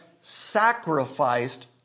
sacrificed